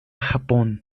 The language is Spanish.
japón